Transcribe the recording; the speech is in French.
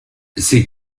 ces